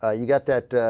ah you get that ah.